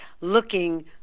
looking